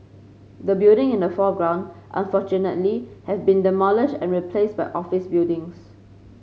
the building in the foreground unfortunately have been demolished and replaced by office buildings